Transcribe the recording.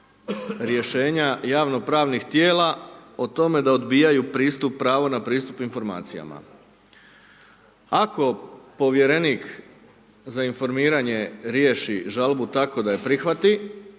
rješenja javno pravnih tijela o tome da odbijaju pristup pravo na pristup informacijama. Ako povjerenik za informiranje riješi žalbu tako da ju prihvati,